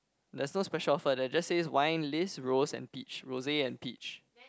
there's no special offer they just say wine list rose and peach rosy and peach